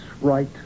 right